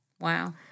Wow